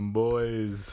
boys